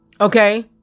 Okay